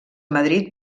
madrid